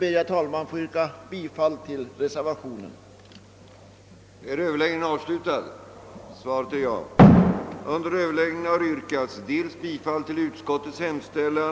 inrätta en professur i ämnet radiobiologi vid lantbrukshögskolan i enlighet med vad reservanterna anfört,